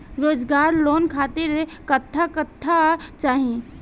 रोजगार लोन खातिर कट्ठा कट्ठा चाहीं?